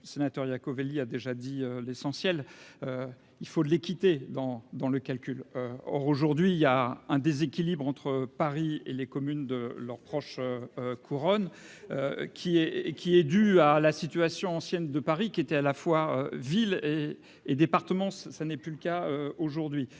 sénateur Iacovelli a déjà dit l'essentiel, il faut de l'équité dans dans le calcul, or aujourd'hui, il y a un déséquilibre entre Paris et les communes de leur proche couronne qui est et qui est due à la situation ancienne de Paris, qui était à la fois, ville et département, ça n'est plus le cas aujourd'hui,